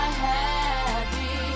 happy